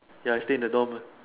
ya I stay in the dorm